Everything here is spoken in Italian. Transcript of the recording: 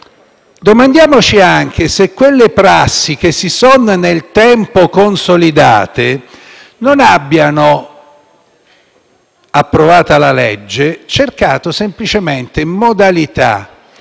domandiamoci anche se quelle prassi che si sono nel tempo consolidate non abbiano, approvata la legge, cercato semplicemente modalità